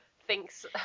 thinks